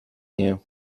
new